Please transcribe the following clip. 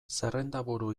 zerrendaburu